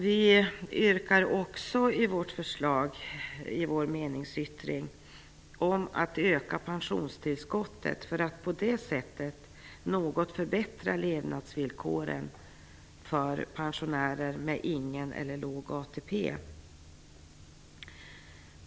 Vi yrkar också i vår meningsyttring på att pensionstillskottet bör ökas för att på det sättet något förbättra levnadsvillkoren för pensionärer med ingen eller låg ATP.